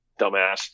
dumbass